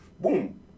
boom